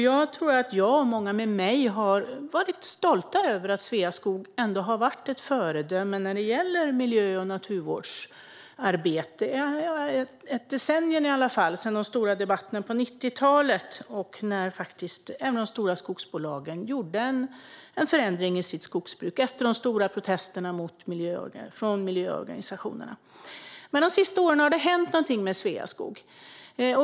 Jag tror att jag och många med mig har varit stolta över att Sveaskog ändå har varit ett föredöme när det gäller miljö och naturvårdsarbete, i alla fall i ett decennium. Efter de stora debatterna och protesterna från miljöorganisationerna på 90-talet gjorde ju även de stora skogsbolagen en förändring i sitt skogsbruk. De senaste åren har det dock hänt någonting med Sveaskog.